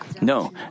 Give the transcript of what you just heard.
No